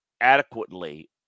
adequately